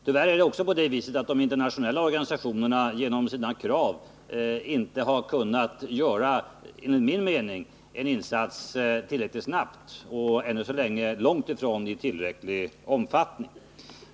Tyvärr är det också på det viset att de internationella organisationerna på grund av sina krav enligt min mening inte kunnat göra en insats tillräckligt snabbt — ännu så länge har insatser gjorts i långt ifrån tillräcklig omfattning.